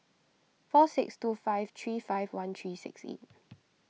four six two five three five one three six eight